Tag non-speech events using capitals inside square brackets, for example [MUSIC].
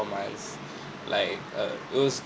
months [BREATH] like uh it was